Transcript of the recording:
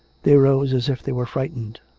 they rose as if they were frightened.